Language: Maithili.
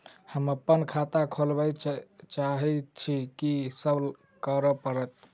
हम अप्पन खाता खोलब चाहै छी की सब करऽ पड़त?